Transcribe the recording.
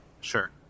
Sure